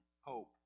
hope